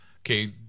Okay